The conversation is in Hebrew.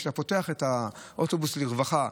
כשאתה פותח את האוטובוס לרווחה,